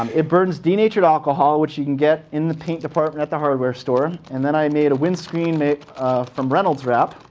um it burns denatured alcohol, which you can get in the paint department at the hardware store. and then i made a wind screen from reynolds wrap.